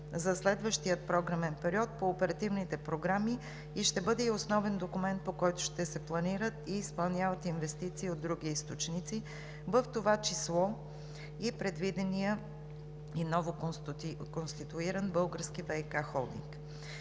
за следващия програмен период по оперативните програми, и ще бъде и основен документ, по който ще се планират и изпълняват инвестиции и от други източници, в това число и предвидения и новоконституиран Български ВиК холдинг.